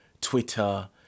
Twitter